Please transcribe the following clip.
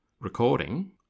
recording